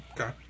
Okay